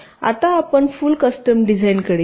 आता आपण full custom डिझाइनकडे येऊ